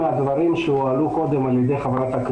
אני חייב להתייחס לשני נושאים על סדר היום.